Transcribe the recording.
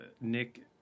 Nick